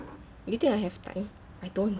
do you think I have time I don't